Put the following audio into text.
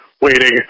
waiting